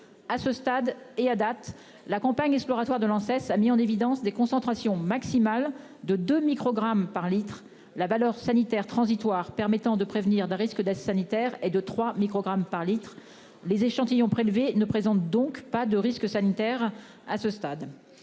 À ce jour, la campagne exploratoire de l'Anses a mis en évidence des concentrations maximales de 2 microgrammes par litre, la valeur sanitaire transitoire permettant de prévenir d'un risque sanitaire est de 3 microgrammes par litre. Les échantillons prélevés ne présentent donc pas de risque sanitaire à ce stade.